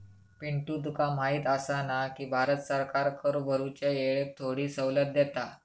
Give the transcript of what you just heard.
पिंटू तुका माहिती आसा ना, की भारत सरकार कर भरूच्या येळेक थोडी सवलत देता